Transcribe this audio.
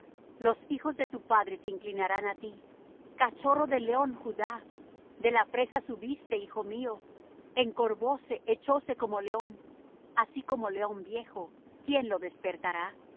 los hijos de tu padre se inclinarán á ti cachorro de león judá de la presa subiste hijo mío encorvóse echóse como león así como león viejo quién lo despertará no